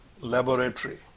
laboratory